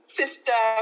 sister